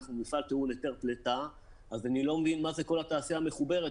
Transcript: אנחנו מפעל עם היתר פליטה אז אני לא מבין מה זה שכל התעשייה מחוברת?